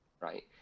Right